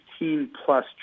$16-plus